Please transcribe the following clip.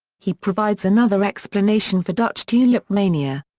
he provides another explanation for dutch tulip mania.